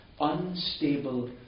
unstable